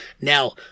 Now